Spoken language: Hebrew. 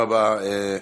תודה רבה.